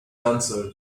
answered